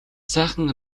сайхан